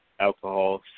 alcohol